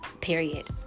period